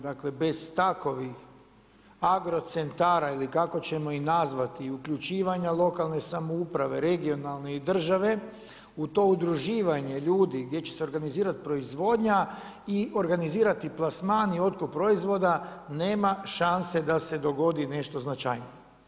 Dakle, bez takovih agrocentara ili kako ćemo ih nazvati i uključivanja lokalne samouprave, regionalne i države u to udruživanje ljudi gdje će se organizirati proizvodnja i organizirati plasman i otkup proizvoda nema šanse da se dogodi nešto značajnije.